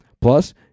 Plus